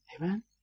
Amen